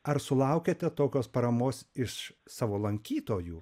ar sulaukiate tokios paramos iš savo lankytojų